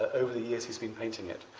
over the years he's been painting it.